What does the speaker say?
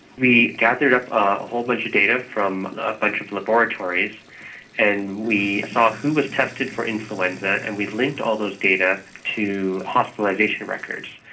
we gathered up a whole bunch of data from a bunch of laboratories and we saw who was tested for influenza and we linked all those data to hospitalisation records.